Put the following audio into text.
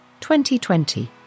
2020